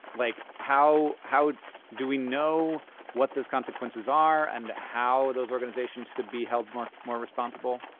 like, how how do we know what those consequences are and how those organizations could be held more more responsible,